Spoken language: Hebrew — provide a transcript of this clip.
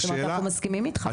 כלומר אנחנו מסכימים אתך.